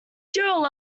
cheryl